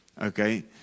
okay